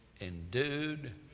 Endued